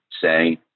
say